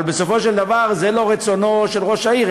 אבל בסופו של דבר זה לא רצונו של ראש העיר,